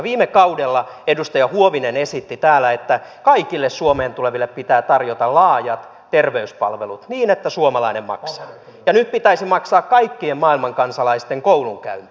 viime kaudella edustaja huovinen esitti täällä että kaikille suomeen tuleville pitää tarjota laajat terveyspalvelut niin että suomalainen maksaa ja nyt pitäisi maksaa kaikkien maailman kansalaisten koulunkäynti